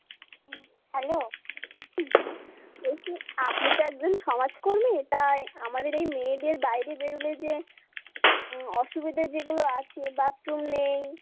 hello হুম বলছি আপনি তো একজন সমাজকর্মী তা আমাদের এই মেয়েদের বাইরে বেরোলে যে অসুবিধা যেগুলো আছে বাথরুম নেই